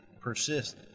persist